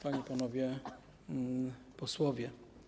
Panie i Panowie Posłowie!